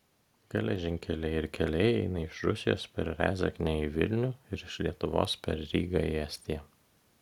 geležinkeliai ir keliai eina iš rusijos per rezeknę į vilnių ir iš lietuvos per rygą į estiją